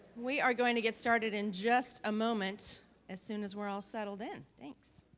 we are going to get started in just a moment as soon as we're all settled in. thanks